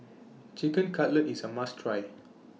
Chicken Cutlet IS A must Try